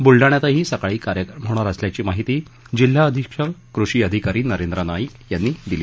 ब्लडाण्यातही सकाळी कार्यक्रम होणार असल्याची माहिती जिल्हा अधिक्षक कृषि अधिकारी नरेंद्र नाईक यांनी दिली